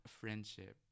friendship